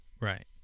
Right